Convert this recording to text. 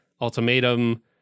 Ultimatum